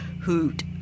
hoot